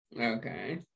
Okay